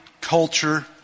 culture